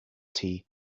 tea